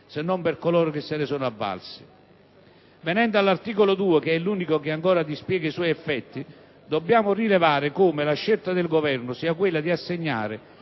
se non per coloro che se ne sono avvalsi. Venendo all'articolo 2, che è l'unico che ancora dispiega i suoi effetti, dobbiamo rilevare come la scelta del Governo sia quella di assegnare